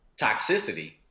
toxicity